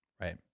Right